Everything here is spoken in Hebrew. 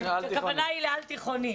הכוונה היא לעל-תיכוני.